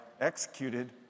executed